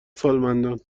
سالمندان